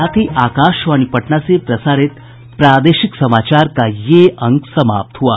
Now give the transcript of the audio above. इसके साथ ही आकाशवाणी पटना से प्रसारित प्रादेशिक समाचार का ये अंक समाप्त हुआ